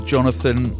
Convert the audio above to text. Jonathan